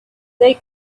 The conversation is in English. they